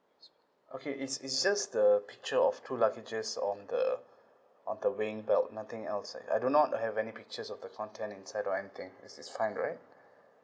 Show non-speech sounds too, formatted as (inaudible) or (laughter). okay it's it's just the picture of two luggages on the (breath) on the weighing belt nothing else I I do not have any pictures of the content inside or anything is this fine right (breath)